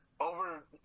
Over